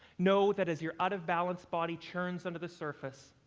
know that as your out-of-balance body churns under the surface,